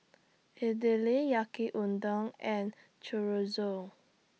Idili Yaki Udon and Chorizo